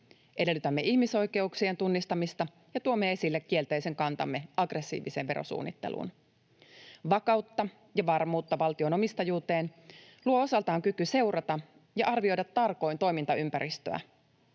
Edellytetään ihmisoikeuksien tunnistamista ja tuomme esille kielteisen kantamme aggressiiviseen verosuunnitteluun. Vakautta ja varmuutta valtion omistajuuteen luo osaltaan kyky seurata ja arvioida tarkoin toimintaympäristöä.